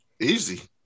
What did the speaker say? Easy